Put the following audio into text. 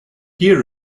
here